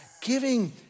giving